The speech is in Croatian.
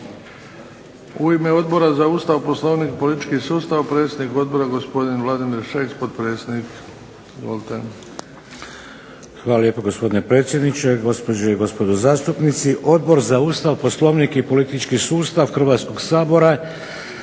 U ime Odbora za Ustav, Poslovnik i politički sustav, gospodin predsjednik Odbora Vladimir Šeks, potpredsjednik Sabora. **Šeks, Vladimir (HDZ)** Hvala lijepa gospodine predsjedniče, gospođe i gospodo zastupnici. Odbor za Ustav, Poslovnik i politički sustav Hrvatskoga sabora